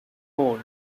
paul